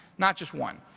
not just one.